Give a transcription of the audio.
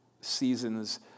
seasons